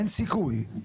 אין סיכוי.